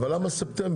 אבל למה ספטמבר?